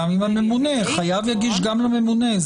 חייב יגיש גם לממונה.